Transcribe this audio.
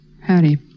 Harry